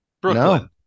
Brooklyn